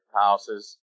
houses